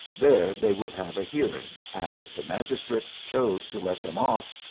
there they would have a hearing, and if the magistrate chose to let them off,